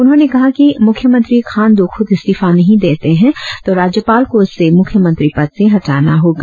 उन्होंने कहा कि मुख्यमंत्री खांडू खूद इस्तीफा नही देते है तो राज्यपाल को उसे मुख्यमंत्री पद से हटाना होगा